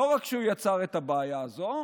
ולא רק שהוא יצר את הבעיה הזו,